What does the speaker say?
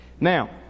Now